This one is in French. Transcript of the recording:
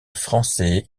français